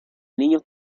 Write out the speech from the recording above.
niños